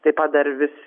tai pat dar vis